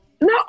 No